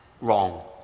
wrong